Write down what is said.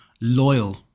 loyal